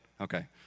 Okay